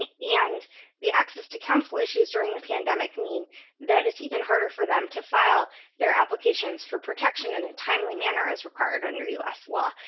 and the access to counsel issues during the pandemic mean that it's even harder for them to file their applications for protection in a timely manner as required under us law.